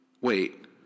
Wait